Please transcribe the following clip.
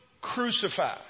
crucified